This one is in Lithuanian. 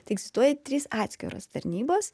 tai egzistuoja trys atskiros tarnybos